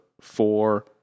four